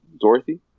Dorothy